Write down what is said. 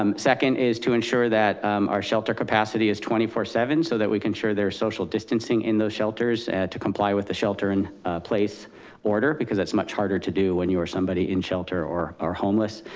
um second is to ensure that our shelter capacity is twenty four seven so that we can ensure their social distancing in those shelters to comply with the shelter in place order, because that's much harder to do when you are somebody in shelter or are homeless.